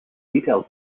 details